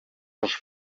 dos